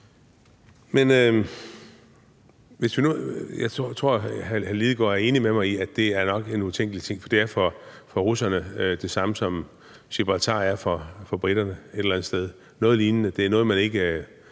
Espersen (DF): Jeg tror, hr. Lidegaard er enig med mig i, at det nok er en utænkelig ting, for det er for russerne det samme, som Gibraltar er for briterne. Det er et eller andet sted noget lignende. Det er noget, man ikke